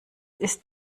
ist